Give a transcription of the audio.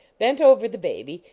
bent over the baby,